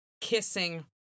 kissing